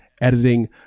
editing